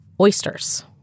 oysters